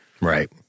right